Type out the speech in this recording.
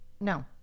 no